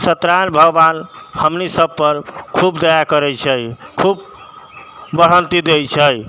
सत्य नारायण भगवान हमनि सभ पर खूब दया करैत छै खूब बढ़न्ति दैत छै